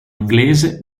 inglese